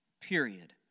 period